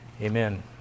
Amen